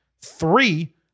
Three